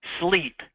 sleep